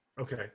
Okay